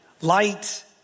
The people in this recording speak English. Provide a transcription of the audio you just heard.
Light